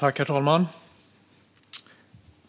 Herr talman!